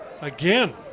again